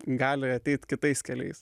gali ateit kitais keliais